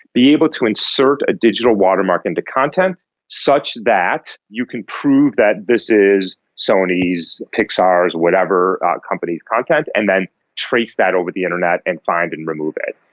be able to insert a digital watermark into content such that you can prove that this is sony's, pixar's, whatever company's content and then trace that over the internet and find and remove it.